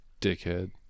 dickhead